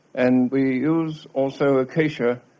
and we use also acacia.